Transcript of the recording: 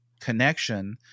connection